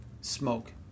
Smoke